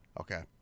Okay